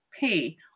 pay